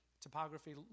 topography